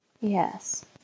Yes